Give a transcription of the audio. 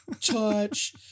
touch